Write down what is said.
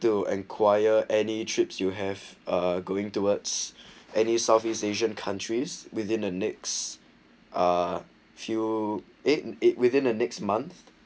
to enquire trips you have uh going towards any south east asian countries within the next uh few eight and it within the next month